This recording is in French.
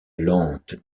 lente